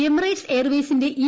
Emirates എയർവേയ്സിന്റെ E